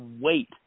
wait